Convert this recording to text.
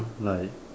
like